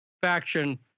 faction